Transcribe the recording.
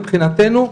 מבחינתנו,